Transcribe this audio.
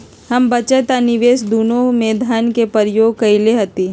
हम बचत आ निवेश दुन्नों में धन के प्रयोग कयले हती